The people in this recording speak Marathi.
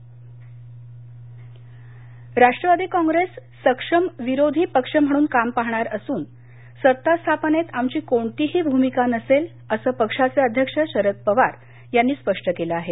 शरद पवार राष्ट्रवादी काँप्रेस सक्षम विरोधी पक्ष म्हणून काम पाहणार असून सत्तास्थापनेत आमची कोणतीही भूमिका नसेल असं पक्षाचे अध्यक्ष शरद पवार यांनी स्पष्ट केलं आहे